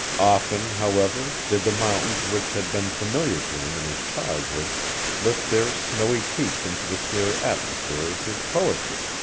often, however, did the mountains which had been familiar to him in his childhood lift their snowy peaks into the clear atmosphere of his poetry.